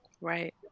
right